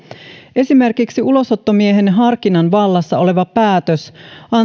esimerkiksi ulosottomiehen harkinnan vallassa oleva päätös